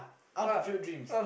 unfulfilled dreams